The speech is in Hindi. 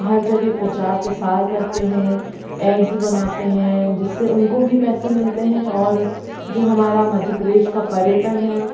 हर जगह प्रचार प्रसार करते हैं ऐड्स बनाते हैं जिससे उनको भी पैसे मिलते हैं और जो हमारा मध्य प्रदेश का पर्यटन है